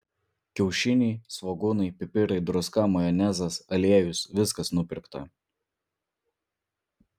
kiaušiniai svogūnai pipirai druska majonezas aliejus viskas nupirkta